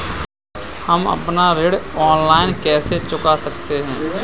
हम अपना ऋण ऑनलाइन कैसे चुका सकते हैं?